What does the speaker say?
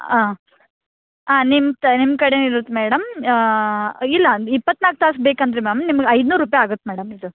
ಹಾಂ ಹಾಂ ನಿಮ್ತ ನಿಮ್ಮ ಕಡೆಯೇ ಇರತ್ತೆ ಮೇಡಮ್ ಇಲ್ಲ ಇಪ್ಪತ್ತ್ನಾಲ್ಕು ತಾಸು ಬೇಕಂದರೆ ಮ್ಯಾಮ್ ನಿಮ್ಗೆ ಐದ್ನೂರು ರೂಪಾಯಿ ಆಗತ್ತೆ ಮೇಡಮ್ ಇದು